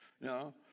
No